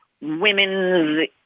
women's